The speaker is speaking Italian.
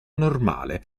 normale